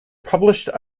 published